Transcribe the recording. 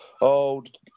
old